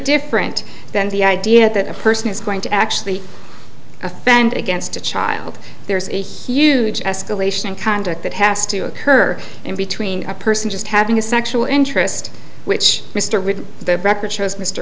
different than the idea that a person is going to actually offend against a child there's a huge escalation in conduct that has to occur in between a person just having a sexual interest which mr rich the record shows mr